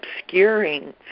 obscuring